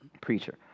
preacher